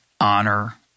honor